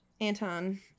Anton